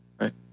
right